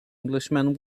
englishman